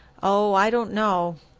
oh, i don't know.